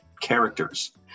characters